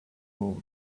moved